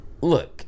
Look